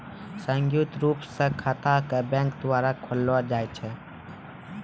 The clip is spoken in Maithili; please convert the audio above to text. संयुक्त रूप स खाता क बैंक द्वारा खोललो जाय छै